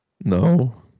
no